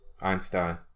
Einstein